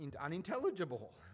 unintelligible